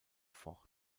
fort